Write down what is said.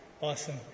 Awesome